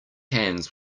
hands